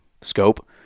scope